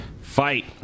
Fight